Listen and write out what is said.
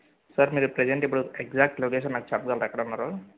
sir మీరు present ఇప్పుడు exact location నాకు చెప్పగలరా ఎక్కడ ఉన్నారో